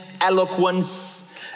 eloquence